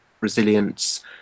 resilience